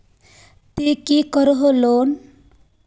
ती की करोहो लोन?